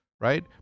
right